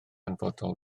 hanfodol